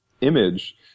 image